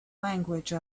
language